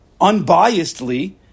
unbiasedly